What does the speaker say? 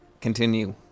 Continue